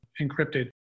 encrypted